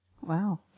Wow